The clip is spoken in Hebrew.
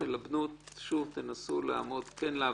תלבנו גם את הנושא הזה ותנסו להגיע יותר להבנה.